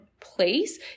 place